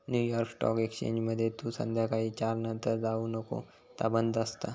new York stock एक्सचेंजमध्ये तू संध्याकाळी चार नंतर जाऊ नको ता बंद असता